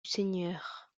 seigneur